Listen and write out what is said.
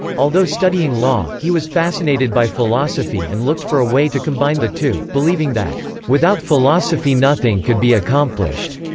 although studying law, he was fascinated by philosophy and looked for a way to combine the two, believing that without philosophy nothing could be accomplished.